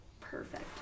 perfect